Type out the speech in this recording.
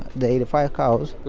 the eighty five cows.